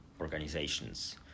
organizations